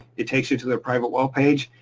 it takes you to their private well page,